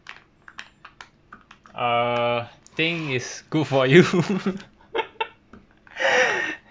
err think is good for you